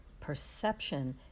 Perception